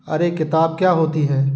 अरे किताब क्या होती है